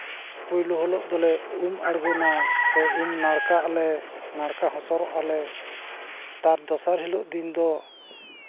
ᱯᱳᱭᱞᱳ ᱦᱤᱞᱳᱜ ᱫᱚᱞᱮ ᱩᱢ ᱟᱬᱜᱳᱱᱟ ᱥᱮ ᱩᱢ ᱱᱟᱲᱠᱟᱜ ᱟᱞᱮ ᱱᱟᱲᱠᱟ ᱦᱚᱸᱥᱚᱨᱚᱜᱼᱟ ᱞᱮ ᱛᱟᱨ ᱫᱚᱥᱟᱨ ᱦᱤᱞᱳᱜ ᱫᱤᱱ ᱫᱚ